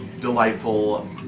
delightful